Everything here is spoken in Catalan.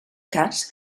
cas